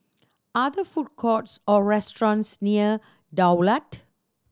are there food courts or restaurants near Daulat